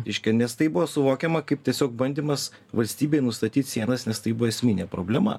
reiškia nes tai buvo suvokiama kaip tiesiog bandymas valstybei nustatyt sienas nes tai buvo esminė problema